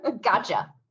Gotcha